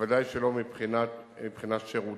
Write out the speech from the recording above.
וודאי שלא מבחינה שירותית,